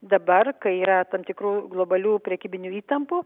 dabar kai yra tam tikrų globalių prekybinių įtampų